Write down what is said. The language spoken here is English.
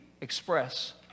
express